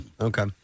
okay